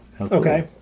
Okay